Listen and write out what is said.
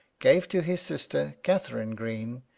gave to his sister, catharine green,